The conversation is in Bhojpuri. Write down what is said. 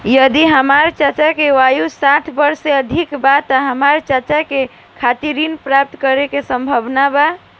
यदि हमार चाचा के आयु साठ वर्ष से अधिक बा त का हमार चाचा के खातिर ऋण प्राप्त करना संभव बा?